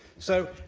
so,